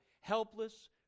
helpless